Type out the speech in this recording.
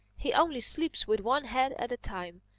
he only sleeps with one head at a time,